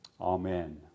amen